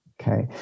Okay